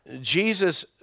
Jesus